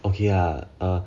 okay ah uh